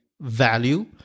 value